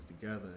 together